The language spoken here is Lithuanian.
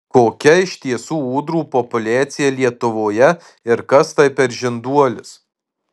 kokia iš tiesų ūdrų populiacija lietuvoje ir kas tai per žinduolis